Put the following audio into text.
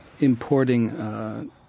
importing